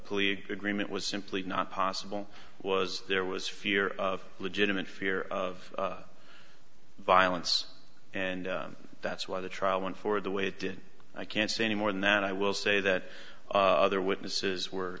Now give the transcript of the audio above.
plea agreement was simply not possible was there was fear of legitimate fear of violence and that's why the trial went for the way it did i can't say any more than that i will say that other witnesses were